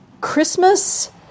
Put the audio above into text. Christmas